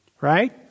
right